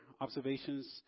observations